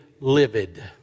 livid